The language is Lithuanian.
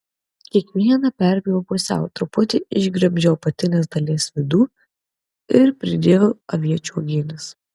kiekvieną perpjoviau pusiau truputį išgremžiau apatinės dalies vidų ir pridėjau aviečių uogienės